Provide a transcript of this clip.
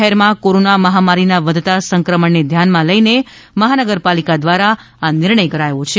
શહેરમાં કોરના મહામારીના વધતા સંક્રમણને ધ્યાનમાં લઈને મહાનગરપાલિકા દ્વારા આ નિર્ણય કરાયો છે